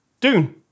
Dune